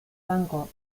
banco